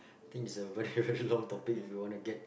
I think it's a very very long topic if you wanna get